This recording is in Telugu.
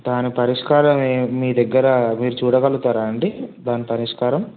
దాన్ని పరిష్కారం ఎం మీ దగ్గర మీరు చూడగలగుతారా అండి దాని పరిష్కారం